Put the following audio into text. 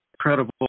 incredible